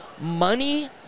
Money